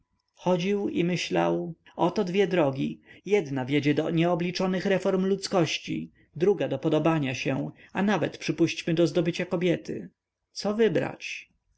chodził i myślał oto dwie drogi jedna wiedzie do nieobliczonych reform ludzkości druga do podobania się a nawet przypuśćmy do zdobycia kobiety co wybrać